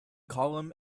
column